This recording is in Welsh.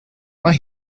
mae